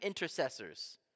intercessors